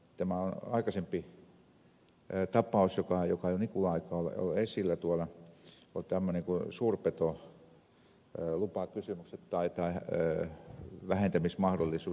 tämä aikaisempi tapaus joka jo nikulan aikaan oli esillä tuolla olivat suurpetolupakysymykset tai vähentämismahdollisuus